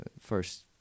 first